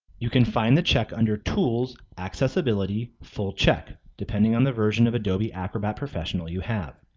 you can find the check under tools accessibility full check depending on the version of adobe acrobat professional you have.